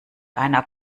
einer